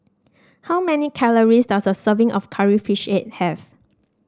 how many calories does a serving of Curry Fish Head have